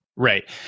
Right